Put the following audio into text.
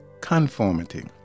conformity